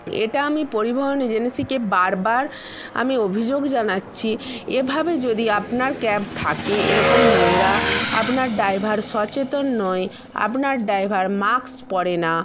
এটা আমি পরিবহন এজেন্সিকে বারবার আমি অভিযোগ জানাচ্ছি এভাবে যদি আপনার ক্যাব থাকে এরকম নোংরা আপনার ড্ৰাইভার সচেতন নয় আপনার ড্ৰাইভার মাস্ক পরে না